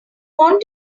want